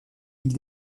ils